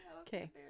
okay